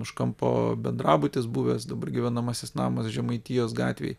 už kampo bendrabutis buvęs dabar gyvenamasis namas žemaitijos gatvėj